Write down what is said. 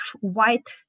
white